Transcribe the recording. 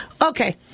okay